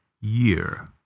year